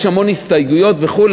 יש המון הסתייגויות וכו',